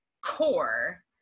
core